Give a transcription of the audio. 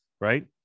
right